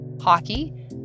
hockey